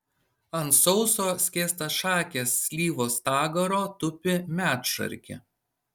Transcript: ant sauso skėstašakės slyvos stagaro tupi medšarkė